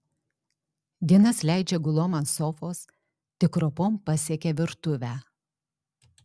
dienas leidžia gulom ant sofos tik ropom pasiekia virtuvę